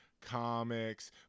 comics